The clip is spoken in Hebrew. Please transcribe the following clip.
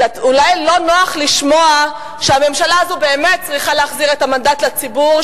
אולי לא נוח לשמוע שהממשלה הזאת באמת צריכה להחזיר את המנדט לציבור,